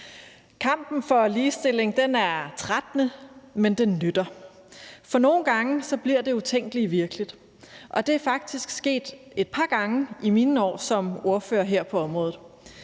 Kampen for ligestilling er trættende, men den nytter, for nogle gange bliver det utænkelige virkeligt, og det er faktisk sket et par gange i mine år som ordfører her på området.